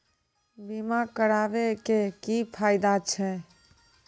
बीमा कराबै के की फायदा छै?